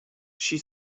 she